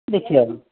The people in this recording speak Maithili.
देखियौ